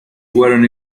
jugaron